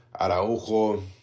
Araujo